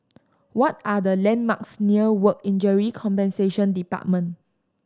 what are the landmarks near Work Injury Compensation Department